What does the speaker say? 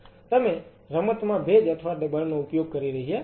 તમે રમતમાં ભેજ અથવા દબાણનો ઉપયોગ કરી રહ્યા નથી